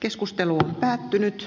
keskustelu on päättynyt